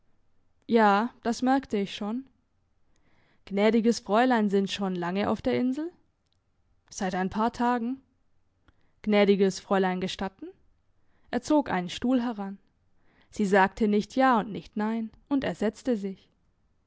ja das merkte ich schon gnädiges fräulein sind schon lange auf der insel seit ein paar tagen gnädiges fräulein gestatten er zog einen stuhl heran sie sagte nicht ja und nicht nein und er setzte sich